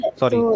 sorry